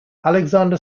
alexander